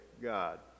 God